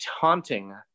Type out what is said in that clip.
taunting